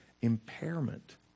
impairment